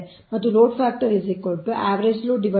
575 megawatt ಸರಾಸರಿ load ಆಗಿದೆ ಮತ್ತು